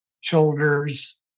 shoulders